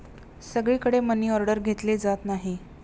सगळीकडे मनीऑर्डर घेतली जात नाही